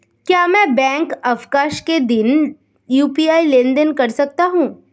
क्या मैं बैंक अवकाश के दिन यू.पी.आई लेनदेन कर सकता हूँ?